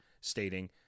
stating